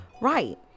Right